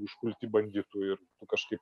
užpulti bandytų ir kažkaip